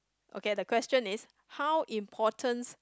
okay the question is how importance